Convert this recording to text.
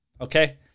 Okay